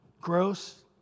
Gross